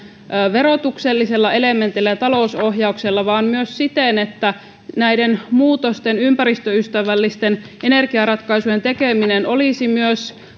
verotuksellisella elementillä ja talousohjauksella vaan myös siten että näiden muutosten ympäristöystävällisten energiaratkaisujen tekeminen olisi mahdollista myös